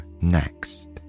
next